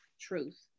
truth